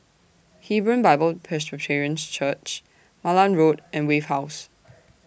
Hebron Bible Presbyterian Church Malan Road and Wave House